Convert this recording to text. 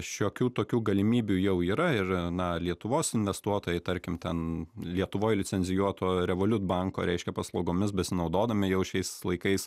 šiokių tokių galimybių jau yra ir na lietuvos investuotojai tarkim ten lietuvoj licenzijuoto revolut banko reiškia paslaugomis besinaudodami jau šiais laikais